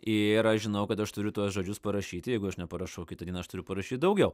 ir aš žinau kad aš turiu tuos žodžius parašyti jeigu aš neparašau kitą dieną aš turiu parašyt daugiau